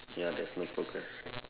ya there's no progress